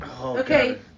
Okay